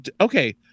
Okay